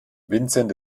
vincent